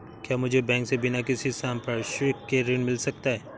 क्या मुझे बैंक से बिना किसी संपार्श्विक के ऋण मिल सकता है?